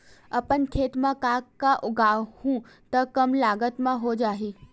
अपन खेत म का का उगांहु त कम लागत म हो जाही?